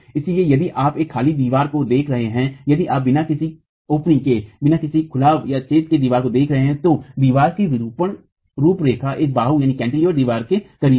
इसलिए यदि आप एक खाली दीवार को देख रहे हैं यदि आप बिना किसी छेदखुलाव के दीवार को देख रहे हैं तो दीवार की विरूपण रूपरेखा एक बाहू दीवार के करीब है